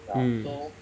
hmm